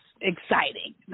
exciting